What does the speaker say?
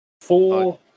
Four